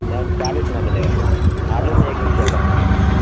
نہیں چالیس نیں ملے گا آلو میں ایک بھی روپیہ کم نہیں ہوسکتا ہے